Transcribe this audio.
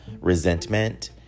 resentment